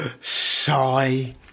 Sigh